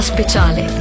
speciale